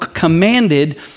commanded